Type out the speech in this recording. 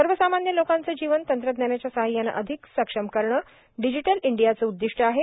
सर्वसामान्य लोकांचं जीवन तंत्रज्ञानाच्या साहाय्यानं अधिक सक्षम करणं डिजिटल इंडियाचं उद्दीष्ट आहे